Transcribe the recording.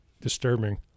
disturbing